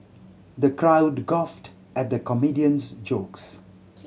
the crowd guffawed at the comedian's jokes